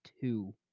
two